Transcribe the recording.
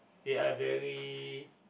they are very